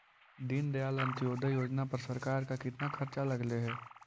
दीनदयाल अंत्योदय योजना पर सरकार का कितना खर्चा लगलई हे